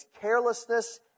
carelessness